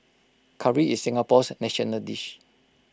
Curry is Singapore's national dish